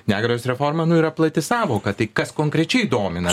negalios reforma nu yra plati sąvoka tai kas konkrečiai domina